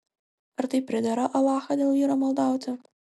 ar tai pridera alachą dėl vyro maldauti